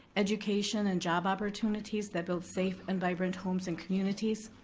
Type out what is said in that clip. education and job opportunities that build safe and vibrant homes and communities.